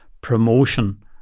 promotion